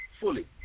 fully